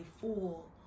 fool